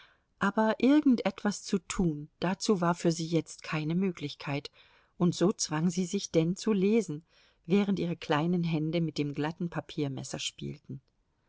aber irgend etwas zu tun dazu war für sie jetzt keine möglichkeit und so zwang sie sich denn zu lesen während ihre kleinen hände mit dem glatten papiermesser spielten